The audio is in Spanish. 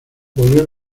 volvió